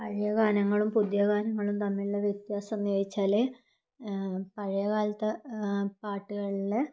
പഴയ ഗാനങ്ങളും പുതിയ ഗാനങ്ങളും തമ്മിലുള്ള വ്യത്യാസന്ന് ചോദിച്ചാല് പഴയ കാലത്തെ പാട്ടുകളില്